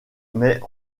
mais